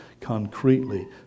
concretely